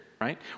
right